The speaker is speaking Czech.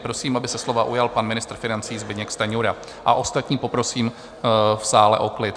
Prosím, aby se slova ujal pan ministr financí Zbyněk Stanjura, a ostatní poprosím v sále o klid.